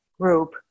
group